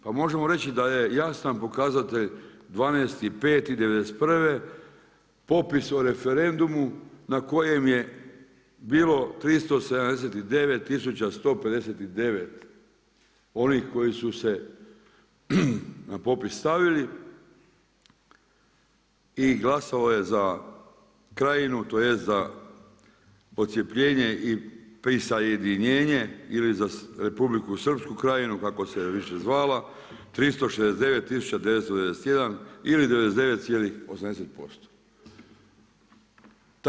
Pa možemo reći da je jasan pokazatelj 12.5.1991. popis o referendumu na kojem je bilo 379159 onih koji su se na popis stavili i glasalo je za Krajinu, tj. za odcjepljenje i prisajedinjenje ili za Republiku Srpsku Krajinu, kako se više zvala 369991 ili 99,80%